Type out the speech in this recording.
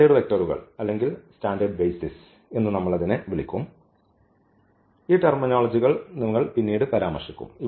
standard വെക്ടറുകൾ അല്ലെങ്കിൽ standard basis എന്ന് നമ്മൾ വിളിക്കും ഈ ടെർമിനോളജികൾ നിങ്ങൾ പിന്നീട് പരാമർശിക്കും